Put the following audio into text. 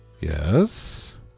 Yes